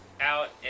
out